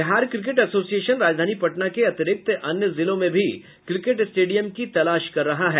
Bihar cricket association राजधानी पटना के अतिरिक्त अन्य जिलों में भी क्रिकेट स्टेडियम की तलाश कर रहा है